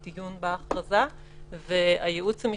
מתוך החקירות האפידמיולוגיות יודעים אם מדובר